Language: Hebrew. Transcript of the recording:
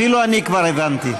אפילו אני כבר הבנתי.